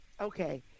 okay